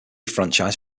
franchise